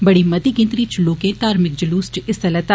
बड़ी मती गिनतरी इच लोकें धार्भिक जलूस इच हिस्सा लैता